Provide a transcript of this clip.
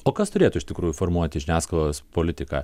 o kas turėtų iš tikrųjų formuoti žiniasklaidos politiką